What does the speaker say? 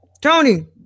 Tony